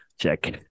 Check